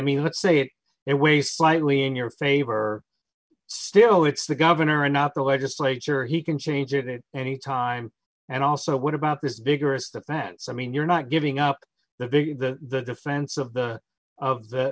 mean let's say it that way slightly in your favor still it's the governor not the legislature he can change it any time and also what about this vigorous defense i mean you're not giving up the big the defense of the of the